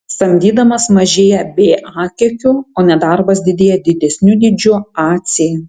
samdymas mažėja ba kiekiu o nedarbas didėja didesniu dydžiu ac